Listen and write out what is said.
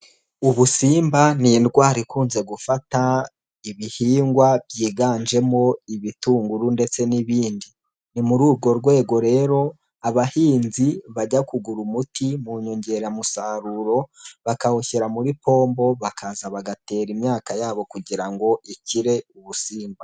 Ubusimba ni indwara ikunze gufata ibihingwa byiganjemo ibitunguru ndetse n'ibindi. Ni muri urwo rwego rero abahinzi bajya kugura umuti mu nyongeramusaruro, bakawushyira muri pombo, bakaza bagatera imyaka yabo kugira ngo ikire ubusimba.